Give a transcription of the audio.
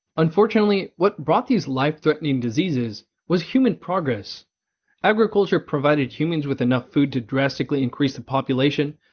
unfortunately, what brought these life threatening diseases was human progress agriculture provided humans with enough food to drastically increase the population,